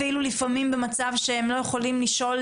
אפילו לפעמים במצב שהם לא יכולים לשאול